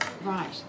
Right